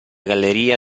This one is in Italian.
galleria